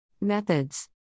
Methods